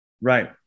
right